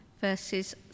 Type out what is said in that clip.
verses